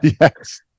yes